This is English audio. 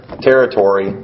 territory